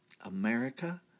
America